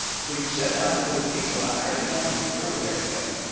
so you sit down with those people and i just want to be clear with everybody,